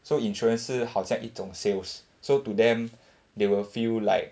so insurance 是好像一种 sales so to them they will feel like